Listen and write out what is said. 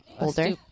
older